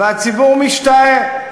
והציבור משתאה,